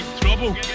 trouble